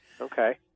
Okay